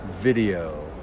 video